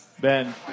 Ben